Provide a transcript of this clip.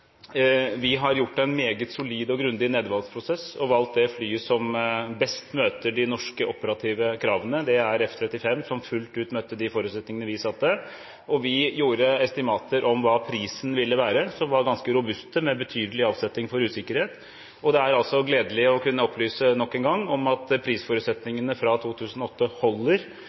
vi har gjort en meget solid og grundig nedvalgsprosess og valgt det flyet som best møter de norske operative kravene. Det er F-35, som fullt ut møtte de forutsetningene vi satte. Vi gjorde estimater om hva prisen ville være, som var ganske robuste, med betydelig avsetning for usikkerhet, og det er gledelig nok en gang å kunne opplyse om at prisforutsetningene fra 2008 holder.